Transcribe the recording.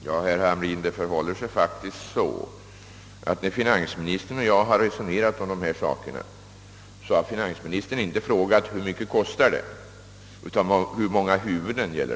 Herr talman! Det förhåller sig faktiskt så, herr Hamrin, att finansministern, när han och jag har resonerat om dessa saker, inte har frågat hur mycket det kostar utan hur många klienter det gäller.